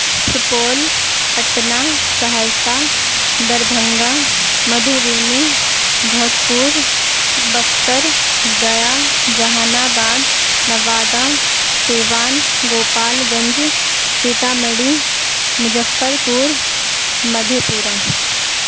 Supaul Patna Saharsa Darbhanga Madhubani Bhojpur Buxar Gaya Jehanabad Nawada Siwan Gopalganj Sitamarhi Muzaffarpur مدھے Pura